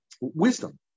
wisdom